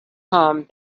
home